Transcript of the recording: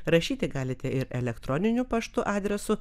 rašyti galite ir elektroniniu paštu adresu